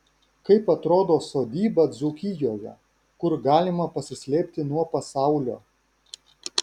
kaip atrodo sodyba dzūkijoje kur galima pasislėpti nuo pasaulio